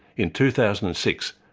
in two thousand and six,